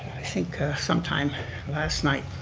think some time last night.